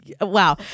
wow